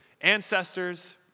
ancestors